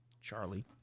Charlie